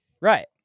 Right